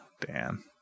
Dan